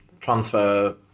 transfer